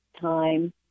time